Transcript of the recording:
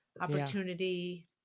opportunity